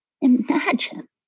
Imagine